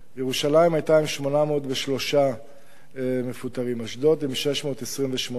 בירושלים, 803 מפוטרים, אשדוד, 628,